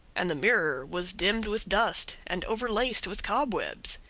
and the mirror was dimmed with dust and overlaced with cobwebs.